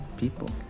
people